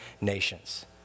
nations